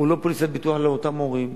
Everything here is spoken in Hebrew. הוא לא פוליסת ביטוח לאותם הורים.